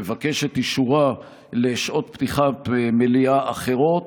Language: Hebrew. לבקש את אישורה לשעות פתיחת מליאה אחרות,